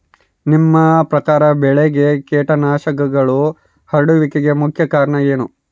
ನಿಮ್ಮ ಪ್ರಕಾರ ಬೆಳೆಗೆ ಕೇಟನಾಶಕಗಳು ಹರಡುವಿಕೆಗೆ ಮುಖ್ಯ ಕಾರಣ ಏನು?